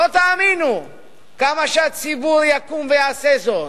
לא תאמינו כמה שהציבור יקום ויעשה זאת.